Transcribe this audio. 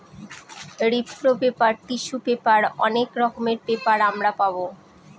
রিপ্র paper, tissue paper অনেক রকমের পেপার আমরা পাবো